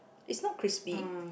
it's not crispy